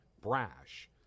brash